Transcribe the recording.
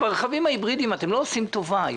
אתם לא עושים טובה,